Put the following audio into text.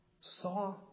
saw